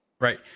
Right